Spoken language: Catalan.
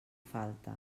falte